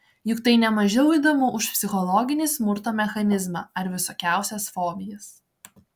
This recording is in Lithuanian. juk tai ne mažiau įdomu už psichologinį smurto mechanizmą ar visokiausias fobijas